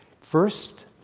first